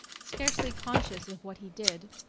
scarcely conscious of what he did,